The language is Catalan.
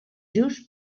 just